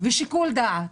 ושיקול דעת,